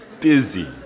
busy